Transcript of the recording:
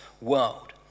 world